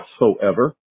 whatsoever